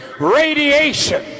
radiation